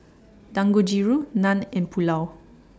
Dangojiru Naan and Pulao